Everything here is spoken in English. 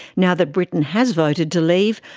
now that britain has voted to leave,